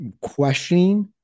questioning